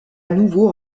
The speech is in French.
nouveau